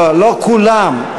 לא כולם,